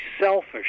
selfish